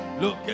Look